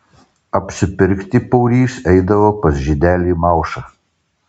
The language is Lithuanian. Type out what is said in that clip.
apsipirkti paurys eidavo pas žydelį maušą